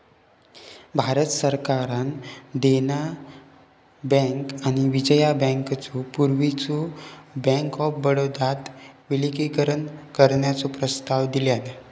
भारत सरकारान देना बँक आणि विजया बँकेचो पूर्वीच्यो बँक ऑफ बडोदात विलीनीकरण करण्याचो प्रस्ताव दिलान